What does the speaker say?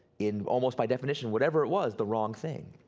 in almost by definition whatever it was, the wrong thing.